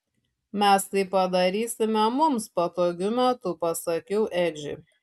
mes tai padarysime mums patogiu metu pasakiau edžiui